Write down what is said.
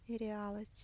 reality